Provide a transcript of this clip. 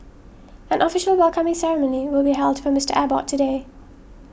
an official welcoming ceremony will be held for Mister Abbott today